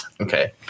Okay